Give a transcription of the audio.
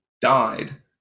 died